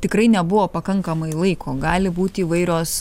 tikrai nebuvo pakankamai laiko gali būt įvairios